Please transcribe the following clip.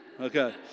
Okay